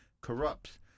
corrupts